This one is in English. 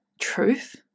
truth